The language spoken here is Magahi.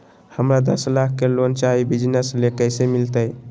हमरा दस लाख के लोन चाही बिजनस ले, कैसे मिलते?